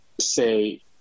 say